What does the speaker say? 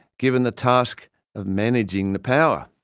given the task of managing the power.